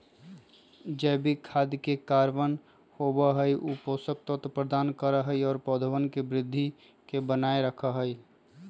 जैविक खाद में कार्बन होबा हई ऊ पोषक तत्व प्रदान करा हई और पौधवन के वृद्धि के बनाए रखा हई